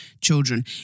children